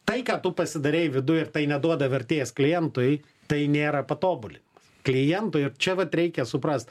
tai ką tu pasidarei viduj ir tai neduoda vertės klientui tai nėra patobulinimas klientui ir čia vat reikia suprast